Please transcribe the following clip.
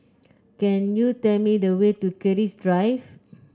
can you tell me the way to Keris Drive